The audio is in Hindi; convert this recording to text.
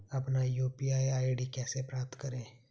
अपना यू.पी.आई आई.डी कैसे प्राप्त करें?